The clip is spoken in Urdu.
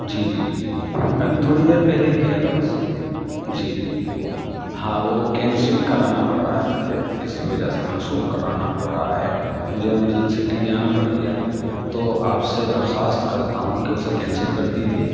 جی جی جی جی ابھی تھوڑی دیر پہلے ہی کیا تھا بس جی جی جی ہاں وہ کینسل کرانا پڑ رہا ہے مجھے کسی وجہ سے منسوخ کرانا پڑ رہا ہے مجھے ایمرجنسی کہیں جانا پڑ گیا تو آپ سے درخواست کرتا ہوں کہ اسے کینسل کر دیجیے